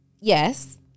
Yes